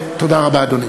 תודה רבה, אדוני.